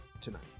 tonight